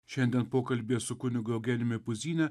šiandien pokalbyje su kunigu eugenijumi puzyne